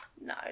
No